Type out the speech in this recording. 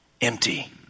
empty